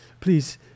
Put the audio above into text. please